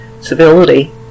civility